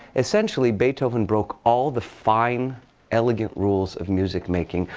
essentially, beethoven broke all the fine elegant rules of music-making.